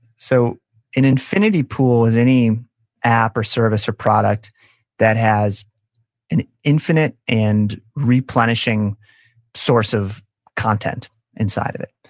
so an infinity pool is any app, or service, or product that has an infinite and replenishing source of content inside of it.